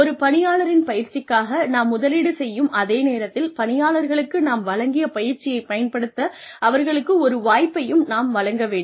ஒரு பணியாளரின் பயிற்சிக்காக நாம் முதலீடு செய்யும் அதே நேரத்தில் பணியாளர்களுக்கு நாம் வழங்கிய பயிற்சியைப் பயன்படுத்த அவர்களுக்கு ஒரு வாய்ப்பையும் நாம் வழங்க வேண்டும்